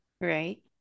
right